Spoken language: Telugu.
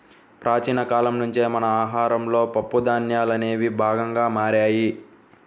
ప్రాచీన కాలం నుంచే మన ఆహారంలో పప్పు ధాన్యాలనేవి భాగంగా మారాయి